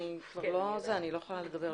ומתן ולא היו מוכנים.